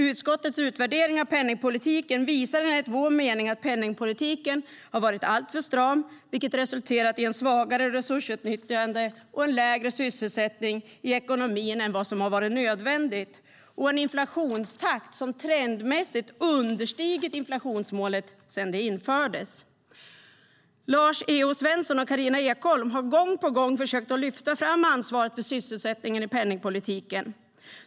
Utskottets utvärdering av penningpolitiken visar enligt vår mening att den har varit alltför stram, vilket resulterat i ett svagare resursutnyttjande och en lägre sysselsättning i ekonomin än vad som har varit nödvändigt. Det har också resulterat i en inflationstakt som trendmässigt understigit inflationsmålet sedan det infördes. Lars E O Svensson och Karolina Ekholm har gång på gång försökt att lyfta fram ansvaret för sysselsättningen i penningpolitiken.